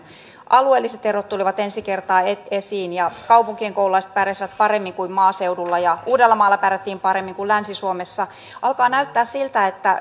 alueelliset erot tulivat ensi kertaa esiin kaupunkien koululaiset pärjäsivät paremmin kuin maaseudulla ja uudellamaalla pärjättiin paremmin kuin länsi suomessa alkaa näyttää siltä että